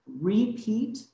repeat